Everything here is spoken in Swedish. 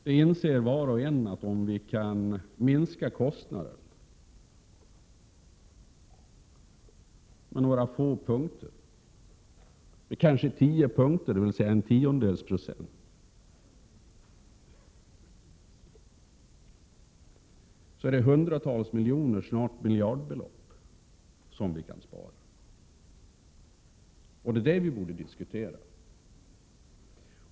Var och en inser att om vi kan minska kostnaden med några få punkter — kanske tio punkter, dvs. 0,1 90 — kan vi spara hundratals miljoner, snart miljardbelopp. Det är detta vi borde diskutera.